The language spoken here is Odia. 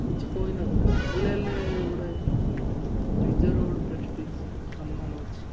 କିଛି କହିନଥିଲା ହେଲେ ଗୋଟେ ନିଜର ଗୋଟେ ପ୍ରେଷ୍ଟିଜ୍ ସମ୍ମାନ ଅଛି